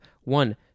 One